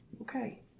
Okay